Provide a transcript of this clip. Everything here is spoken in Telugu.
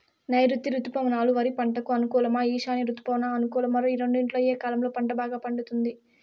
నైరుతి రుతుపవనాలు వరి పంటకు అనుకూలమా ఈశాన్య రుతుపవన అనుకూలమా ఈ రెండింటిలో ఏ కాలంలో పంట బాగా పండుతుంది?